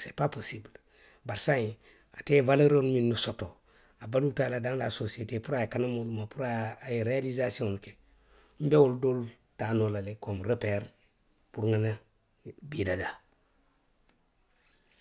se paa posibulu. bari saayiŋ, ate ye walooroolu minnu soto, a baluuta a la daŋ la sosiyeete puru a ye kana moolu ma. puru a ye, a a ye reeyaalisasiyoŋolu ke, nbe wo doolu taa noola le komi repeeri puru nŋa nna bii dadaa.